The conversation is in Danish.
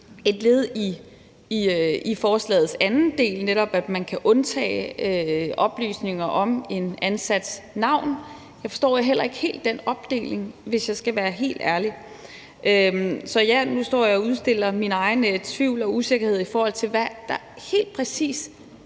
et led i forslagets anden del, nemlig at man kan undtage oplysninger om en ansats navn. Jeg forstår heller ikke helt den opdeling, hvis jeg skal være helt ærlig. Så ja, nu står jeg og udstiller min egen tvivl og usikkerhed, i forhold til hvad der helt præcis